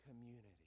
community